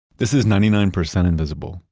this is ninety nine percent invisible.